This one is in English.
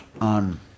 on